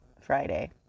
Friday